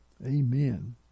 Amen